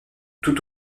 tout